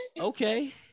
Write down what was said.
Okay